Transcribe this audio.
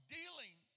dealing